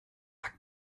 lag